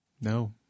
No